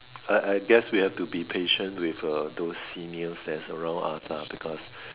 I I guess we have to be patient with uh those seniors that is around us lah because